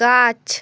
গাছ